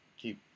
keep